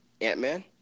Ant-Man